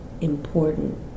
important